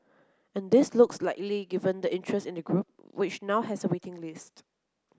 and this looks likely given the interest in the group which now has a waiting list